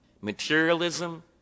materialism